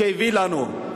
שהביא לנו,